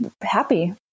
happy